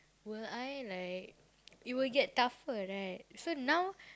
will I like it will get tougher right so now